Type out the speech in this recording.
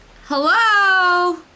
Hello